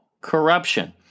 corruption